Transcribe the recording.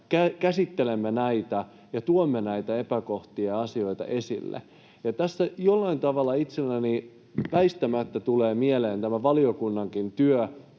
käsittelemme näitä ja tuomme näitä epäkohtia ja asioita esille. Tässä jollain tavalla itselleni väistämättä tulee mieleen tämä valiokunnankin työ,